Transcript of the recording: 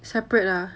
separate lah